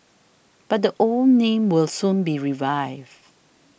but the old name will soon be revived